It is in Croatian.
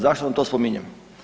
Zašto vam to spominjem?